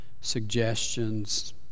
suggestions